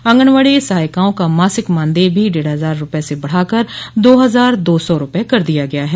आंगनवाड़ी सहायिकाओं का मासिक मानदेय भी डेढ़ हजार रुपए से बढ़ाकर दो हजार दो सौ रुपए कर दिया गया ह